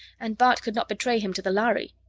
and bart could not betray him to the lhari.